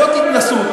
זאת התנשאות.